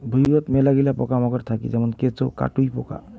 ভুঁইয়ত মেলাগিলা পোকামাকড় থাকি যেমন কেঁচো, কাটুই পোকা